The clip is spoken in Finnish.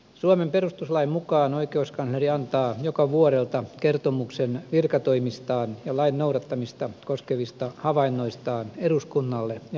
suomen perustuslain mukaan oikeuskansleri antaa joka vuodelta kertomuksen virkatoimistaan ja lain noudattamista koskevista havainnoistaan eduskunnalle ja valtioneuvostolle